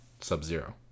Sub-Zero